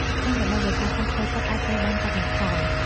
ក្នុងរដូវវស្សា ការស្រោចទឹកអាចត្រូវបានកាត់បន្ថយ។